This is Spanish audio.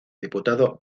diputado